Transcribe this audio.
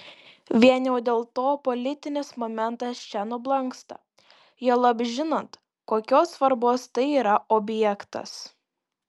vien jau dėl to politinis momentas čia nublanksta juolab žinant kokios svarbos tai yra objektas